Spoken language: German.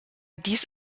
dies